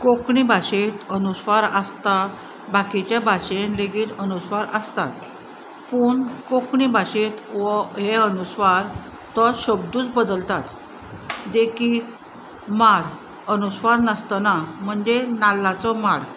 कोंकणी भाशेंत अनुस्वार आसता बाकीच्या भाशेन लेगीत अनुस्वार आसतात पूण कोंकणी भाशेंत हो हे अनुस्वार तो शब्दूच बदलतात देखीक माड अनुस्वार नासतना म्हणजे नाल्लाचो माड